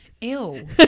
Ew